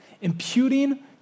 imputing